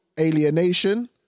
alienation